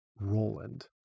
Roland